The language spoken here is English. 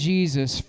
Jesus